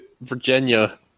Virginia